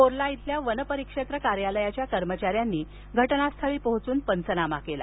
पोर्ला येथील वनपरिक्षेत्र कार्यालयाच्या कर्मचाऱ्यांनी घटनास्थळी पोहोचून पंचनामा केला